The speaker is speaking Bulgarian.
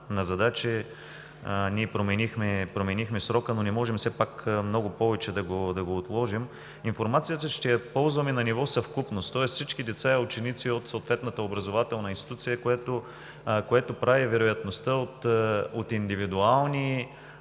на задачи, ние променихме срока, но не можем все пак много повече да го отложим. Информацията ще я ползваме на ниво съвкупност, тоест всички деца и ученици от съответната образователна институция, което прави вероятността от индивидуални